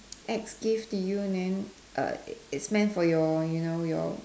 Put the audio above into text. ex gave to you and then uh it's meant for your you know your